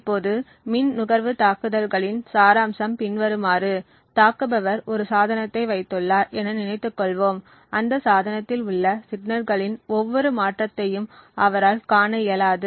இப்போது மின் நுகர்வு தாக்குதல்களின் சாராம்சம் பின்வருமாறு தாக்குப்பவர் ஒரு சாதனத்தை வைத்துள்ளார் என நினைத்து கொள்வோம் அந்த சாதனத்தில் உள்ள சிக்னல்களின் ஒவ்வொரு மாற்றத்தையும் அவரால் காண இயலாது